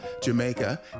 Jamaica